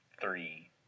three